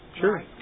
sure